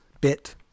bit